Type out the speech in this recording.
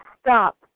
stop